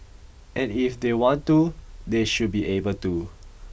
and if they want to they should be able to